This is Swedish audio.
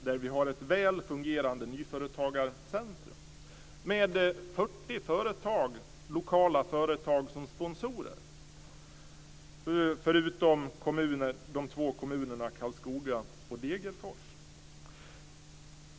Där har vi ett väl fungerande nyföretagarcentrum med 40 lokala företag som sponsorer, förutom de två kommunerna, Karlskoga och Degerfors.